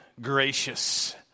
gracious